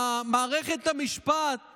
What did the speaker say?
שמערכת המשפט